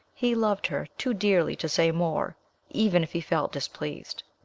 he loved her too dearly to say more, even if he felt displeased.